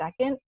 second